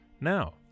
Now